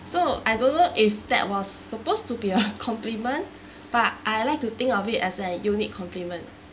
so I don't know if that was supposed to be a compliment but I like to think of it as a unique compliment